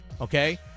Okay